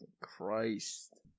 Christ